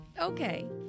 okay